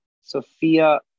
Sophia